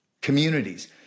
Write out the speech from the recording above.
communities